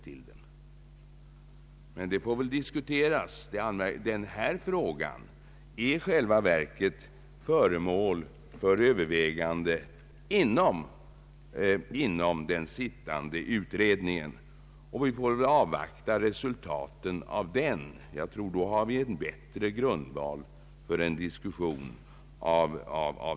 Frågan om en utökning av antalet verksamma är i själva verket föremål för överväganden inom den sittande utredningen, och vi får väl avvakta resultatet av dem. Jag tror att vi då har en bättre grundval för en diskussion.